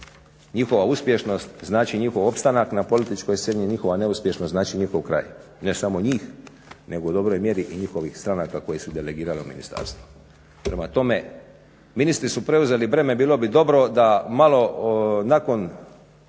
Njihova uspješnost znači njihov opstanak na političkoj sceni, njihova neuspješnost znači njihov kraj. Ne samo njih nego i u dobroj mjeri i njihovih stranaka koje su delegirale u ministarstvo. Prema tome, ministri su preuzeli breme, bilo bi dobro da malo nakon